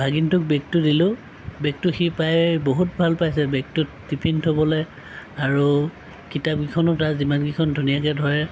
ভাগিনটোক বেগটো দিলোঁ বেগটো সি পাই বহুত ভাল পাইছে বেগটোত টিফিন থ'বলৈ আৰু কিতাপকেইখনো তাৰ যিমানকেইখন ধুনীয়াকৈ ধৰে